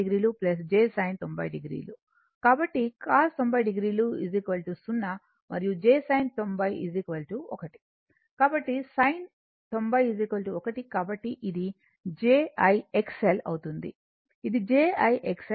కాబట్టి cos 90 o 0 మరియు j sin 901 కాబట్టి sin 90 1 కాబట్టి ఇది j I XL అవుతుంది ఇది j I XL